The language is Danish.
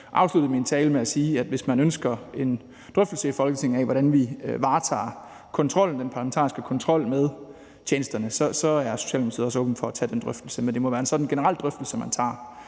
jeg også afsluttede min tale med at sige, at hvis man ønsker en drøftelse i Folketinget af, hvordan vi varetager den parlamentariske kontrol med tjenesterne, så er Socialdemokratiet også åben for at tage den drøftelse. Men det må være en sådan generel drøftelse, man tager.